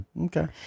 Okay